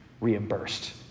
reimbursed